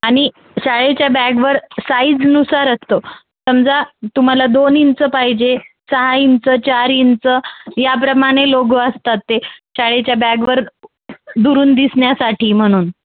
आणि शाळेच्या बॅगवर साईजनुसार असतो समजा तुम्हाला दोन इंच पाहिजे सहा इंच चार इंच याप्रमाणे लोगो असतात ते शाळेच्या बॅगवर दुरून दिसण्यासाठी म्हणून